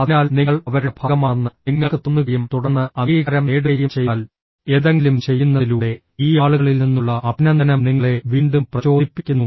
അതിനാൽ നിങ്ങൾ അവരുടെ ഭാഗമാണെന്ന് നിങ്ങൾക്ക് തോന്നുകയും തുടർന്ന് അംഗീകാരം നേടുകയും ചെയ്താൽ എന്തെങ്കിലും ചെയ്യുന്നതിലൂടെ ഈ ആളുകളിൽ നിന്നുള്ള അഭിനന്ദനം നിങ്ങളെ വീണ്ടും പ്രചോദിപ്പിക്കുന്നു